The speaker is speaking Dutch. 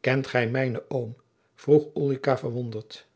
kent gij mijnen oom vroeg ulrica verwonderd